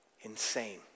Insane